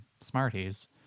Smarties